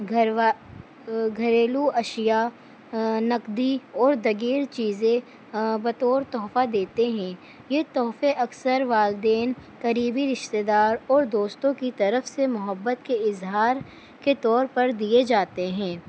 گھر و گھریلو اشیاء نقدی اور دیگر چیزیں بطور تحفہ دیتے ہیں یہ تحفے اکثر والدین قریبی رشتتے دار اور دوستوں کی طرف سے محبت کے اظہار کے طور پر دیے جاتے ہیں